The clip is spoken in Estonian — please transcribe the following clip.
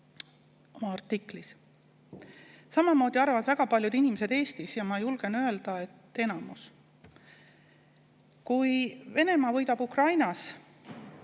oma artiklis. Samamoodi arvavad väga paljud inimesed Eestis, ma julgen öelda, et nii arvab enamus. Kui Venemaa võidab Ukrainas,